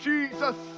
Jesus